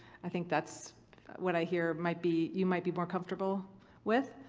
i think that's what i hear might be. you might be more comfortable with.